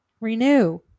renew